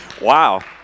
Wow